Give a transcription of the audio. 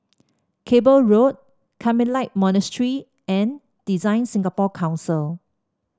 Cable Road Carmelite Monastery and Design Singapore Council